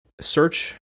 search